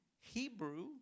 Hebrew